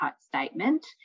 statement